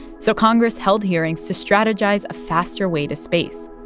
so congress held hearings to strategize a faster way to space.